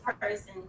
person